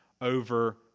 over